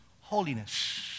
holiness